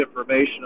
information